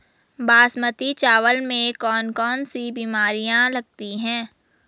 बासमती चावल में कौन कौन सी बीमारियां लगती हैं?